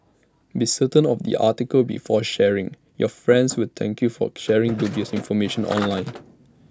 be certain of the article before sharing your friends will thank you for sharing the dubious information online